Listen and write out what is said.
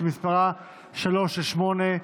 שמספרה 368,